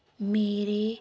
ਮੇਰੇ